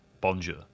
Bonjour